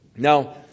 Now